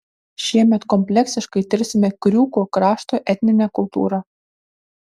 šiemet kompleksiškai tirsime kriūkų krašto etninę kultūrą